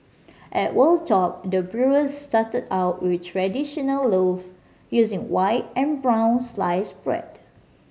at Wold Top the brewers started out with traditional loaves using white and brown sliced bread